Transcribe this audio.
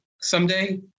someday